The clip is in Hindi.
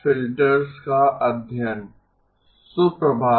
शुभ प्रभात